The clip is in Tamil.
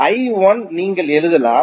I1 நீங்கள் எழுதலாம்